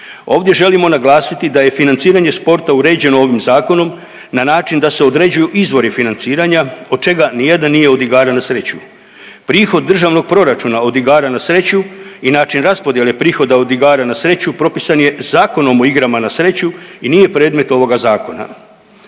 Ovdje želimo naglasiti da je financiranje sporta uređeno ovim zakonom na način da se određuju izvori financiranja od čega nijedan nije od igara na sreću. Prihod državnog proračuna od igara na sreću i način raspodjele prihoda od igara na sreću propisan je Zakonom o igrama na sreću i nije predmet ovoga zakona.